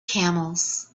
camels